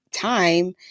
Time